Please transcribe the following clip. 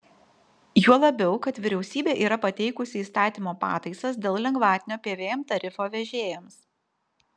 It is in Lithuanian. juo labiau kad vyriausybė yra pateikusi įstatymo pataisas dėl lengvatinio pvm tarifo vežėjams